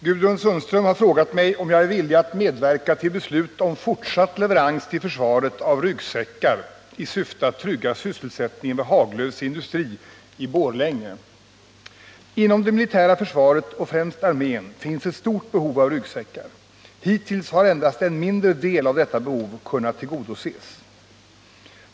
Herr talman! Gudrun Sundström har frågat mig om jag är villig att medverka till beslut om fortsatt leverans till försvaret av ryggsäckar i syfte att trygga sysselsättningen vid Haglöfs industri i Borlänge. Inom det militära försvaret och främst armén finns ett stort behov av ryggsäckar. Hittills har endast en mindre del av detta behov kunnat tillgodoses.